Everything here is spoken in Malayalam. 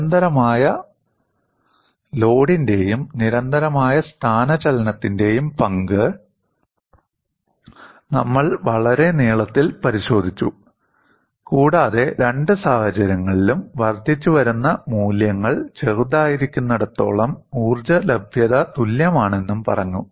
നിരന്തരമായ ലോഡിന്റെയും നിരന്തരമായ സ്ഥാനചലനത്തിന്റെയും പങ്ക് നമ്മൾ വളരെ നീളത്തിൽ പരിശോധിച്ചു കൂടാതെ രണ്ട് സാഹചര്യങ്ങളിലും വർദ്ധിച്ചുവരുന്ന മൂല്യങ്ങൾ ചെറുതായിരിക്കുന്നിടത്തോളം ഊർജ്ജ ലഭ്യത തുല്യമാണെന്നും പറഞ്ഞു